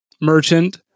merchant